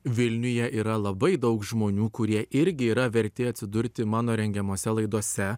vilniuje yra labai daug žmonių kurie irgi yra verti atsidurti mano rengiamose laidose